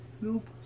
Nope